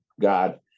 God